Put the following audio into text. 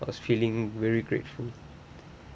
I was feeling very grateful